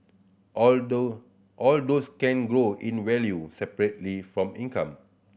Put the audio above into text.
although all those can grow in value separately from income